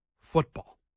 Football